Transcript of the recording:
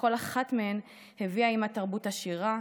שכל אחת מהן הביאה עימה תרבות עשירה,